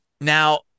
now